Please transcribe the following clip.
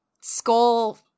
skull